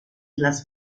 las